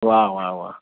वाह वाह वाह